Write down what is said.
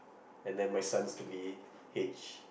and then my sons to be H